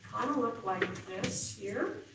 look like this here.